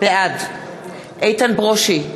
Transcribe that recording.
בעד איתן ברושי,